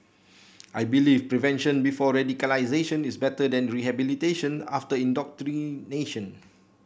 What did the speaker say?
I believe prevention before radicalisation is better than rehabilitation after indoctrination